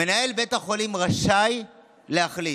"מנהל בית החולים רשאי להחליט".